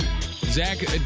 Zach